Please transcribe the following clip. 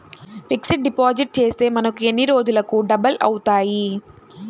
Fixed deposit చేస్తే మనకు ఎన్ని రోజులకు డబల్ అవుతాయి?